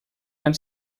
van